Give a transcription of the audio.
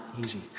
easy